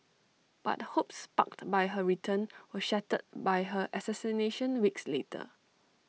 but hopes sparked by her return were shattered by her assassination weeks later